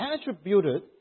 attributed